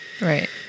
Right